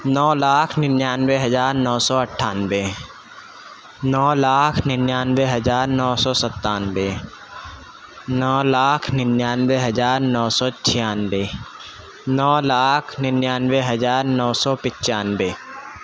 نو لاکھ ننانوے ہزار نو سو اٹھانوے نو لاکھ ننانوے ہزار نو سو ستانوے نو لاکھ ننانوے ہزار نو سو چھیانوے نو لاکھ ننانوے ہزار نو سو پچانوے